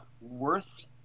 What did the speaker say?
worth